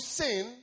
sin